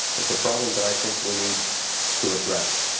it's a problem that i think we need to address.